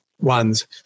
ones